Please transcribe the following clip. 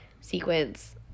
sequence